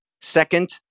Second